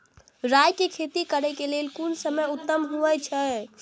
राय के खेती करे के लेल कोन समय उत्तम हुए छला?